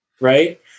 right